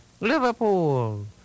Liverpool